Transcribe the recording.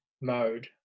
mode